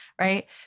right